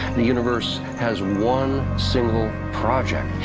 the universe has one single project.